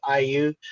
IU